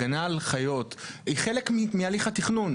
הגנה על חיות היא חלק מהליך התכנון.